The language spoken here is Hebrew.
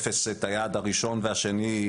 היעד הראשון והשני,